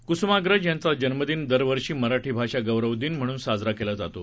कुसुमाग्रज यांचा जन्मदिन दरवरषी मराठी भाषा गौरव दिन म्हणून साजरा केला जातो